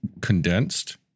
condensed